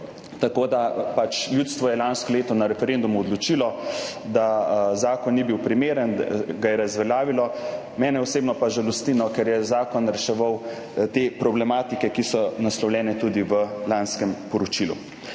vodo. Ljudstvo je lansko leto na referendumu odločilo, da zakon ni bil primeren, ga je razveljavilo, mene osebno pa žalosti, ker je zakon reševal te problematike, ki so naslovljene tudi v lanskem poročilu.